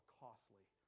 costly